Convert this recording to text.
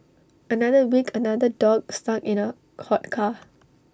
another week another dog stuck in A hot car